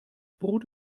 brot